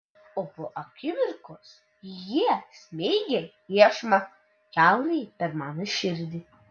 o po akimirkos jie smeigia iešmą kiaurai per mano širdį